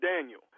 Daniel